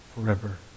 forever